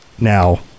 Now